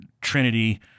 Trinity